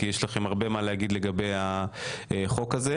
כי יש לכם הרבה מה להגיד לגבי החוק הזה.